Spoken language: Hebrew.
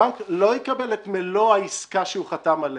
הבנק לא יקבל את מלוא העסקה שהוא חתם עליה.